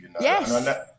Yes